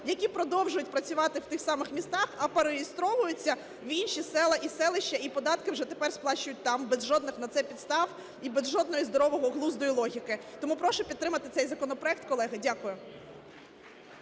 які продовжують працювати в тих самих містах, а перереєстровуються в інші села і селища, і податки вже тепер сплачують там без жодних на це підстав і без жодного здорового глузду і логіки. Тому прошу підтримати цей законопроект, колеги. Дякую.